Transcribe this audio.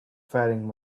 faring